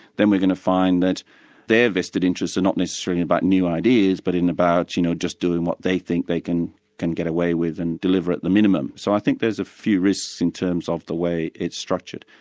then we're going to find that their vested interests are not necessarily about new ideas but in about you know just doing what they think they can can get away with and deliver at the minimum. so i think there's a few risks in terms of the way it's structured.